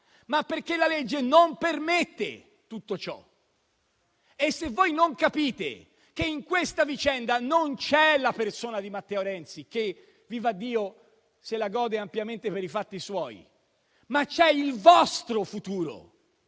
ma perché la legge non permette tutto ciò. Se voi non capite che in questa vicenda non c'è la persona di Matteo Renzi che, vivaddio, se la gode ampiamente per i fatti suoi, ma c'è il vostro futuro